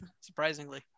surprisingly